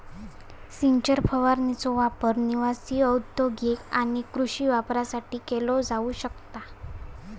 सिंचन फवारणीचो वापर निवासी, औद्योगिक आणि कृषी वापरासाठी केलो जाऊ शकता